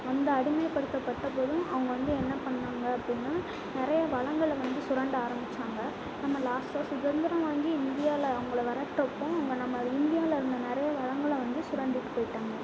அந்த அடிமைப்படுத்தப்பட்ட போதும் அவங்க வந்து என்ன பண்ணாங்க அப்புடின்னா நிறையா வளங்களை வந்து சுரண்ட ஆரம்மிச்சாங்க நம்ம லாஸ்ட்டாக சுதந்திரம் வாங்கி இந்தியாவில் அவங்கள வெரட்றப்போவும் அவங்க நம்மளது இந்தியாவில் இருந்த நிறையா வளங்களை வந்து சுரண்டிகிட்டு போய்ட்டாங்க